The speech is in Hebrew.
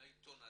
לעיתון הזה,